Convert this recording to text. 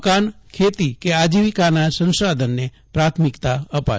મકાન ખેતી કે આજીવિકાનાં સંસાધનોને પ્રાથમિકતા અપાશે